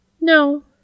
No